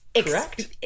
correct